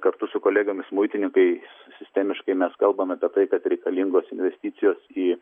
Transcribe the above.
kartu su kolegomis muitininkai sistemiškai mes kalbame apie tai kad reikalingos investicijos į